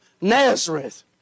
Nazareth